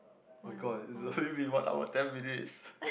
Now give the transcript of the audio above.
my-god is only been one hour ten minutes